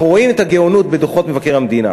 אנחנו רואים את הגאונות בדוחות מבקר המדינה.